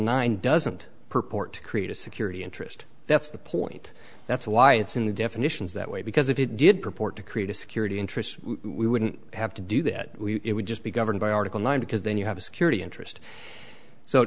nine doesn't purport to create a security interest that's the point that's why it's in the definitions that way because if it did purport to create a security interest we wouldn't have to do that it would just be governed by article nine because then you have a security interest so